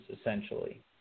essentially